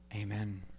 Amen